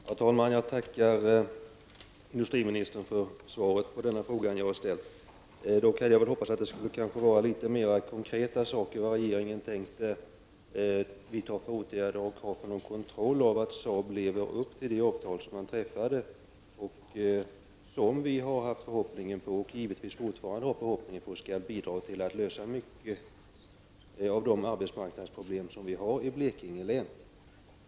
Herr talman! Jag tackar industriministern för svaret på denna fråga. Jag hade dock hoppats att det skulle innehålla litet mera konkret om vad regeringen tänker vidta för åtgärder och ha för kontroll av att SAAB lever upp till det avtal som man har träffat. Vi har haft förhoppningar, och har det givetvis fortfarande, om att det skall bidra till att lösa många av de arbetsmarknadsproblem som finns i Blekinge län.